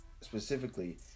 specifically